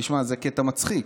תשמע איזה קטע מצחיק,